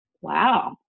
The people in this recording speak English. wow